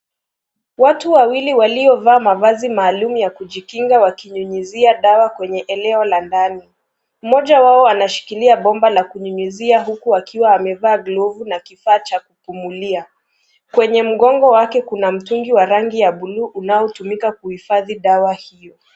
Watu wawili waliovaa mavazi maalum ya kujikinga wakinyunyuzia dawa kwenye eneo la ndani. Mmoja wao anashikilia bomba la kunyunyzia huku akiwa amevaa glovu na kifaa cha kupumulia, kwenye mkongo wake kuna mtungi wa rangi ya bluu unaotumika kuhifadhi dawa hiyo.